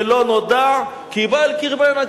"ולא נודע כי בא אל קרבנה",